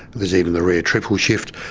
there's even the rare triple shift.